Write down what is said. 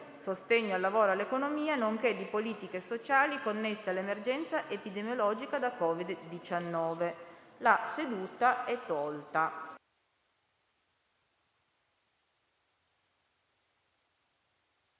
sostegno al lavoro e all'economia, nonché di politiche sociali connesse all'emergenza epidemiologica da COVID-19» (1874).